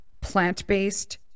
plant-based